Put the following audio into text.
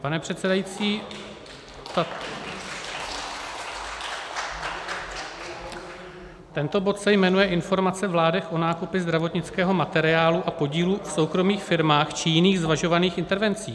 Pane předsedající, tento bod se jmenuje Informace vlády o nákupech zdravotnického materiálu a podílu v soukromých firmách či jiných zvažovaných intervencích.